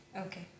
Okay